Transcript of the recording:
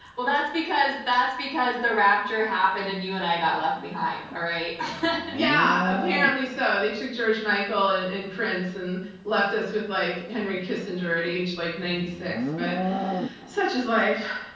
well, that's because that's because the rapture happened and you and i got left behind, alright? yeah, apparently so. they took george michael and prince and left us with, like, henry kissinger at age like ninety six. but such is life.